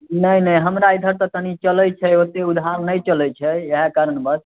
नहि नहि हमरा इधर तऽ तनि चलै छै ओतेक उधार नहि चलै छै इएह कारणवश